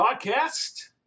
Podcast